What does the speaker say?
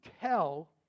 tell